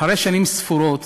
אחרי שנים ספורות